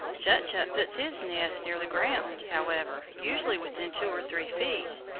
chut-chut puts his nest near the ground, however, usually within two or three feet.